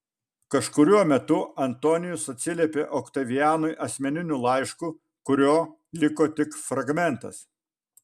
kažkuriuo metu antonijus atsiliepė oktavianui asmeniniu laišku kurio liko tik fragmentas